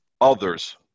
others